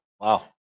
Wow